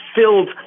filled